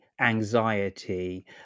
anxiety